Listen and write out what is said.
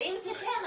ואם זה כן,